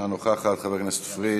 אינה נוכחת; חבר הכנסת פריג',